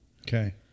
Okay